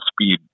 speed